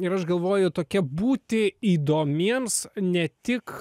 ir aš galvoju tokia būti įdomiems ne tik